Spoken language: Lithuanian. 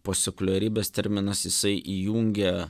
postsekuliarybės terminas jisai įjungia